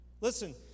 Listen